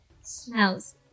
smells